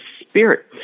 spirit